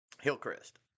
Hillcrest